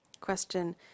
Question